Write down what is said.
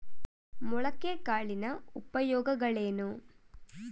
ಮೊಳಕೆ ಕಾಳಿನ ಉಪಯೋಗಗಳೇನು?